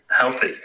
healthy